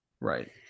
Right